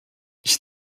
ich